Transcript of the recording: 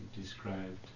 described